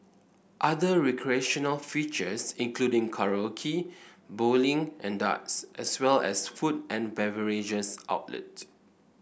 other recreational features include karaoke bowling and darts as well as food and beverage outlets